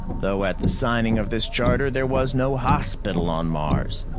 though at the signing of this charter there was no hospital on mars.